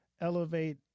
elevate